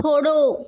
फोड़ो